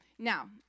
Now